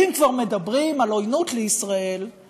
ואם כבר מדברים על עוינות לישראל,